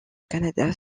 canada